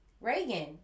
reagan